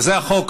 וזה החוק,